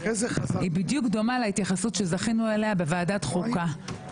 דומה בדיוק להתייחסות שזכינו לה בוועדת החוקה.